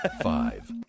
Five